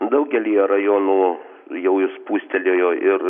daugelyje rajonų jau jis spustelėjo ir